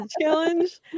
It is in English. challenge